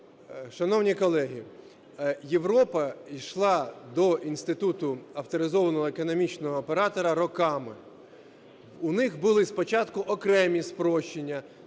Шановні колеги, Європа йшла до інституту авторизованого економічного оператора роками. У них були спочатку окремі спрощення